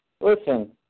listen